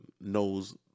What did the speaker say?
knows